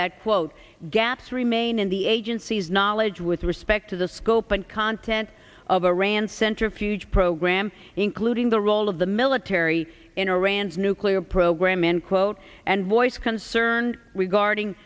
that quote gaps remain in the agency's knowledge with respect to the scope and content of iran's centrifuge program including the role of the military in iran's nuclear program end quote and voiced concern we guarding